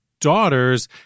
daughters